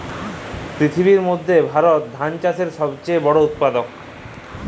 পিথিবীর মইধ্যে ভারত ধাল চাষের ছব চাঁয়ে বড় উৎপাদক